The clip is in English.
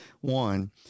one